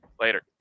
later